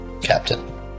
captain